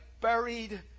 buried